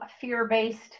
fear-based